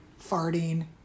farting